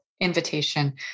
invitation